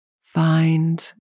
find